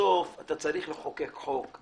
בסוף אתה צריך לחוקק חוק.